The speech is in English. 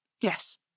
Yes